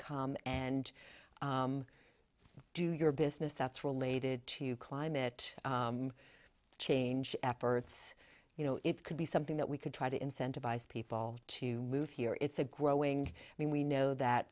come and do your business that's related to climate change efforts you know it could be something that we could try to incentivize people to move here it's a growing i mean we know that